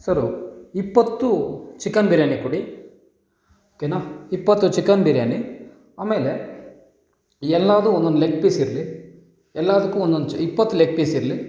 ಸರು ಇಪ್ಪತ್ತು ಚಿಕನ್ ಬಿರಿಯಾನಿ ಕೊಡಿ ಓಕೆನ ಇಪ್ಪತ್ತು ಚಿಕನ್ ಬಿರಿಯಾನಿ ಆಮೇಲೆ ಎಲ್ಲದೂ ಒಂದೊಂದು ಲೆಗ್ ಪೀಸ್ ಇರಲಿ ಎಲ್ಲದಕ್ಕೂ ಒಂದೊಂದು ಚ ಇಪ್ಪತ್ತು ಲೆಗ್ ಪೀಸ್ ಇರಲಿ